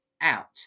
out